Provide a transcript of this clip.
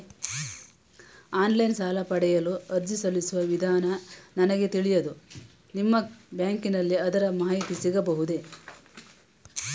Online ಸಾಲ ಪಡೆಯಲು ಅರ್ಜಿ ಸಲ್ಲಿಸುವ ವಿಧಾನ ನನಗೆ ತಿಳಿಯದು ನಿಮ್ಮ ಬ್ಯಾಂಕಿನಲ್ಲಿ ಅದರ ಮಾಹಿತಿ ಸಿಗಬಹುದೇ?